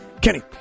Kenny